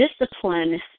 discipline